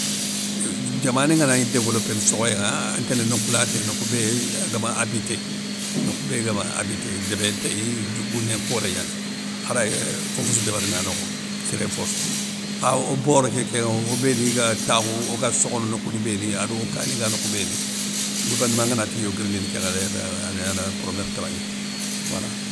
I diamané ngana gni dévellopéné sokhoyéŋa antelé nokhou laté nokhou bé gama habitc, nokhou bé gama habité débé ntéy, gouné nkhoré gnani kha ray fofossou, débérini na nokho, séré fofé. Kha o bor ké kénŋa obéni ga takhou oga sokhono nokhou ni béni ado kani nga nokhou béni, gouvérma ngana ti yo guirindini kénŋa dé, ébé ana problém tana gnanewala.